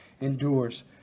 endures